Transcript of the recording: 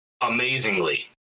amazingly